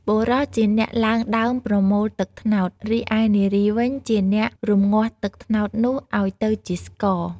បុរសជាអ្នកឡើងដើមប្រមូលទឹកត្នោត រីឯនារីវិញជាអ្នករំងាស់ទឹកត្នោតនោះឱ្យទៅជាស្ករ។